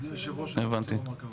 לפני כן.